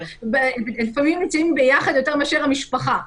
16:00. לפעמים הם נמצאים ביחד יותר מאשר המשפחה.